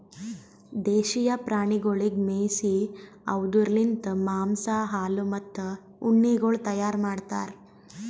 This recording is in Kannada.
ದೇಶೀಯ ಪ್ರಾಣಿಗೊಳಿಗ್ ಮೇಯಿಸಿ ಅವ್ದುರ್ ಲಿಂತ್ ಮಾಂಸ, ಹಾಲು, ಮತ್ತ ಉಣ್ಣೆಗೊಳ್ ತೈಯಾರ್ ಮಾಡ್ತಾರ್